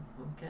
okay